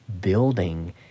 building